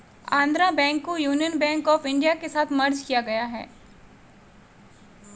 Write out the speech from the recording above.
Andhra Bank को Union Bank of India के साथ मर्ज किया गया है